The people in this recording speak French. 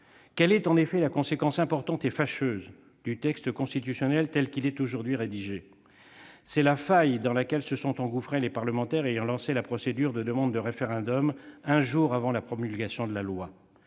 Quelle est en effet la conséquence importante et fâcheuse du texte constitutionnel tel qu'il est aujourd'hui rédigé ? C'est la faille dans laquelle se sont engouffrés les parlementaires ayant lancé la procédure de demande de référendum un jour avant la promulgation de la loi.